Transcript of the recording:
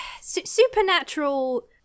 Supernatural